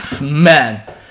man